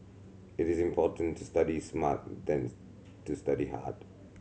it is important to study smart than to study hard